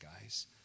guys